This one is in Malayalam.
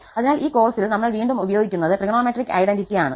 അതിനാൽ ഈ കേസിൽ നമ്മൾ വീണ്ടും ഉപയോഗിക്കുന്നത് ട്രിഗണോമെട്രിക് ഐഡന്റിറ്റി ആണ്